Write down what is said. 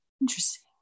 interesting